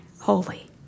holy